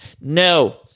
No